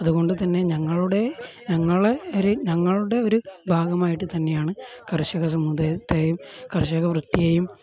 അതുകൊണ്ട് തന്നെ ഞങ്ങളുടെ ഞങ്ങളെ ഞങ്ങളുടെ ഒരു ഭാഗമായിട്ട് തന്നെയാണ് കർഷക സമുദായത്തേയും കർഷക വൃത്തിയെയും